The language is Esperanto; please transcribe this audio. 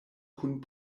kun